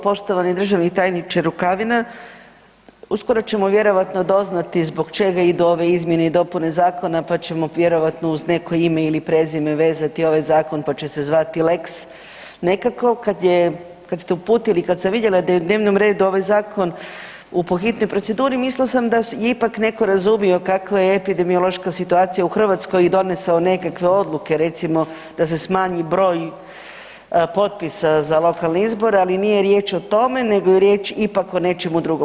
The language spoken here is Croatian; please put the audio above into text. Poštovani državni tajniče Rukavina, uskoro ćemo vjerojatno doznati zbog čega idu ove izmjene i dopune zakona pa ćemo vjerojatno uz neko ime ili prezime vezati ovaj zakon pa će se zvati lex nekako, kad je, kad ste uputili, kad sam vidjela da je na dnevnom redu ovaj zakon po hitnoj proceduri mislila sam da je ipak netko razumio kako je epidemiološka situacija u Hrvatskoj i donesao nekakve odluke recimo da se smanji broj potpisa za lokalne izbore, ali nije riječ o tome nego je riječ ipak o nečemu drugom.